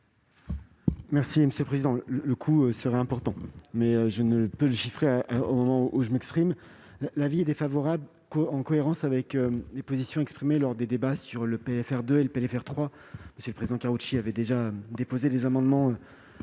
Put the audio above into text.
l'avis du Gouvernement ? Le coût serait important, mais je ne peux le chiffrer au moment où je m'exprime. L'avis est défavorable, en cohérence avec les positions exprimées lors des débats sur le PLFR 2 et le PLFR 3, alors que le président Karoutchi avait déjà déposé des amendements